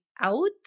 out